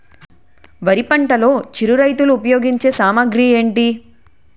వరి పంటలో చిరు రైతులు ఉపయోగించే సామాగ్రి ఏంటి?